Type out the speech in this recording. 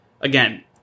again